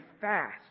fast